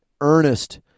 earnest